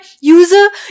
user